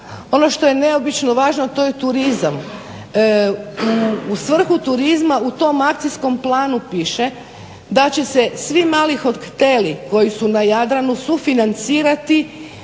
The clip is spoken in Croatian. Ono što je neobično važno, to je turizam. U svrhu turizma u tom akcijskom planu piše da će se svi mali hoteli koji su na Jadranu sufinancirati